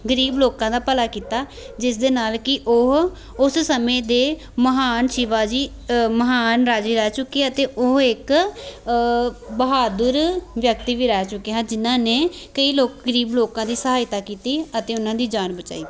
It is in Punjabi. ਗਰੀਬ ਲੋਕਾਂ ਦਾ ਭਲਾ ਕੀਤਾ ਜਿਸ ਦੇ ਨਾਲ਼ ਕਿ ਉਹ ਉਸ ਸਮੇਂ ਦੇ ਮਹਾਨ ਸ਼ਿਵਾਜੀ ਮਹਾਨ ਰਾਜੇ ਰਹਿ ਚੁੱਕੇ ਅਤੇ ਉਹ ਇੱਕ ਬਹਾਦੁਰ ਵਿਅਕਤੀ ਵੀ ਰਹਿ ਚੁੱਕੇ ਹਨ ਜਿਨ੍ਹਾਂ ਨੇ ਕਈ ਲੋਕ ਗਰੀਬ ਲੋਕਾਂ ਦੀ ਸਹਾਇਤਾ ਕੀਤੀ ਅਤੇ ਉਹਨਾਂ ਦੀ ਜਾਨ ਬਚਾਈ